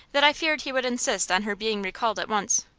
that i feared he would insist on her being recalled at once.